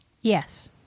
Yes